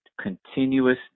continuous